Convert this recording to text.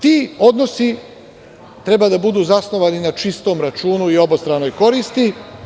Ti odnosi treba da budu zasnovani na čistom računu i obostranoj koristi.